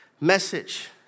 message